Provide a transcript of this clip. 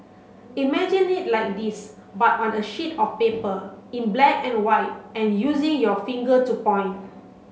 imagine it like this but on a sheet of paper in black and white and using your finger to point